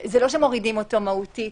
לא שמורידים אותו מהותית.